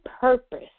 purpose